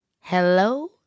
Hello